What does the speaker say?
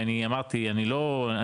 ואני אמרתי אני לא,